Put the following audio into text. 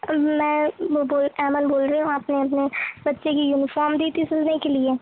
میں بول ایمن بول رہی ہوں آپ نے اپنے بچے کی یونیفام دی تھی سلنے کے لیے